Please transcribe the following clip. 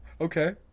Okay